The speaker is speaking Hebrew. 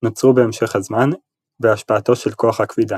נוצרו במשך הזמן, בהשפעתו של כוח הכבידה.